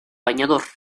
bañador